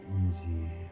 easy